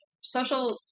Social